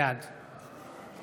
בעד